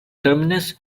terminus